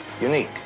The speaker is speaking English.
unique